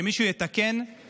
שמישהו יתקן את